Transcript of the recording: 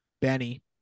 Benny